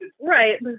Right